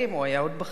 הוא היה עדיין בחיים.